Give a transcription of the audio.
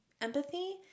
empathy